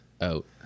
Out